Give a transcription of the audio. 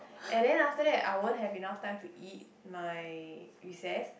and then after that I won't have enough time to eat my recess